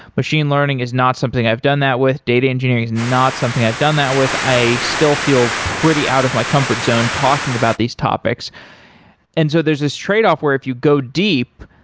machine learning is not something i've done that with, data engineering is not something i've done that with. i still feel pretty out of my comfort zone talking about these topics and so there's this tradeoff where if you go deep,